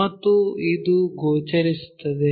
ಮತ್ತು ಇದು ಗೋಚರಿಸುತ್ತದೆ